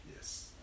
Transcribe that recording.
Yes